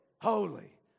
holy